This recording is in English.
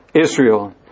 Israel